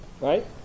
right